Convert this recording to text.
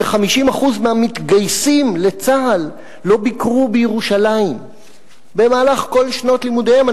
ש-50% מהמתגייסים לצה"ל לא ביקרו בירושלים במהלך כל שנות לימודיהם.